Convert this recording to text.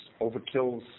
overkills